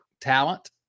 talent